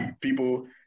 people